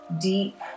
deep